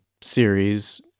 series